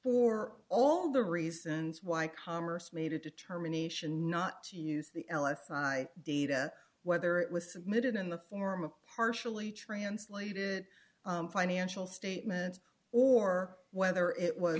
for all the reasons why commerce made a determination not to use the l f data whether it was submitted in the form of partially translated financial statements or whether it was